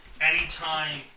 anytime